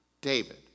David